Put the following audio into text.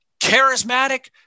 charismatic